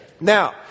Now